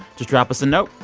just drop us a note.